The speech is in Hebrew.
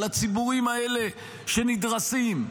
על הציבורים האלה שנדרסים.